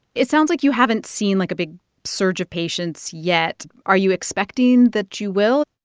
it sounds like you haven't seen, like, a big surge of patients yet. are you expecting that you will?